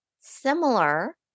similar